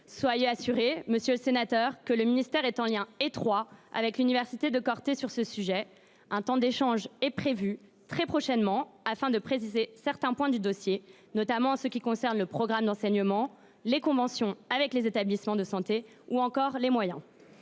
Soyez assuré, monsieur le sénateur, que le ministère est en lien étroit avec l’université de Corte sur ce sujet. Un temps d’échange est prévu très prochainement afin de préciser certains points du dossier, notamment en ce qui concerne le programme d’enseignement, les conventions avec les établissements de santé ou encore les moyens